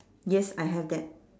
yes I have that